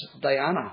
Diana